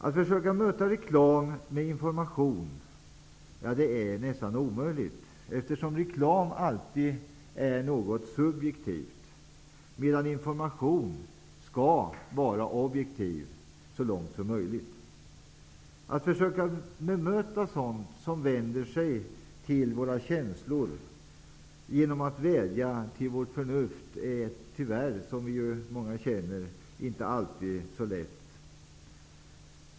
Att försöka möta reklam med information är nästan omöjligt, eftersom reklam alltid är subjektiv, medan information så långt möjligt skall vara objektiv. Att försöka bemöta sådant som vänder sig till våra känslor genom att vädja till vårt förstånd låter sig tyvärr inte alltid göras så lätt.